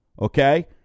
okay